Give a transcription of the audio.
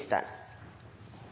spørsmål